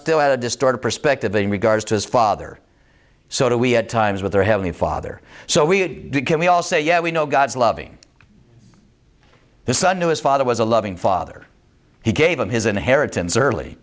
still had a distorted perspective in regards to his father so we had times with their heavenly father so we can we all say yeah we know god's loving the son knew his father was a loving father he gave him his inheritance early